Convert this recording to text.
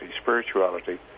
spirituality